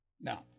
now